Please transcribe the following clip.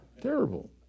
Terrible